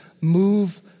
move